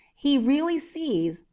he really sees,